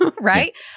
right